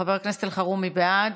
חבר הכנסת אלחרומי, בעד,